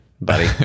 buddy